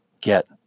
get